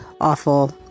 awful